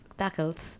tackles